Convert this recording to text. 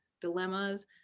dilemmas